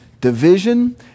division